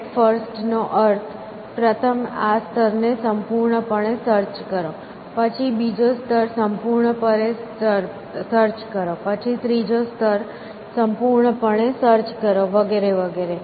breadth first નો અર્થ પ્રથમ આ સ્તરને સંપૂર્ણપણે સર્ચ કરો પછી બીજો સ્તર સંપૂર્ણપણે સર્ચ કરો પછી ત્રીજો સ્તર સંપૂર્ણપણે સર્ચ કરો વગેરે વગેરે